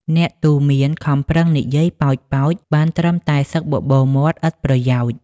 អ្នកទូន្មានខំប្រឹងនិយាយប៉ោចៗបានត្រឹមតែសឹកបបូរមាត់ឥតប្រយោជន៍។